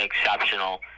exceptional